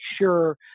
sure